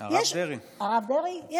הרב דרעי.